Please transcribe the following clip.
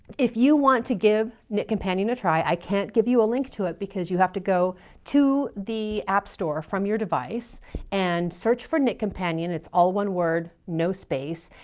if you want to give knitcompanion a try, i can't give you a link to it because you have to go to the app store from your device and search for knitcompanion. it's all one word, no space.